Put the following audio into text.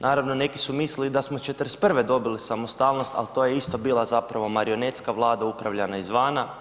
Naravno neki su mislili da smo '41. dobili samostalnost ali to je isto bila zapravo marionetska Vlada upravljana izvana.